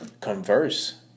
converse